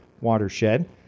watershed